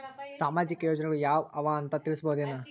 ಸಾಮಾಜಿಕ ಯೋಜನೆಗಳು ಯಾವ ಅವ ಅಂತ ತಿಳಸಬಹುದೇನು?